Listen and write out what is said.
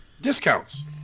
discounts